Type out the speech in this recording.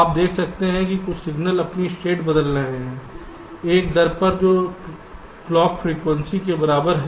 आप देख सकते हैं कि कुछ सिग्नल अपनी स्टेट बदल रहे हैं एक दर पर जो क्लॉक फ्रीक्वेंसी के बराबर है